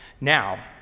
Now